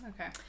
Okay